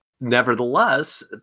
nevertheless